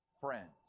friends